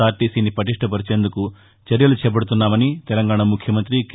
ఆర్లీసీని పటిష్ణపరిచేందుకు చర్యలు చేపడుతున్నామని తెలంగాణ ముఖ్యమంతి కె